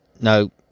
no